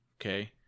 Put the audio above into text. okay